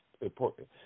important